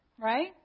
right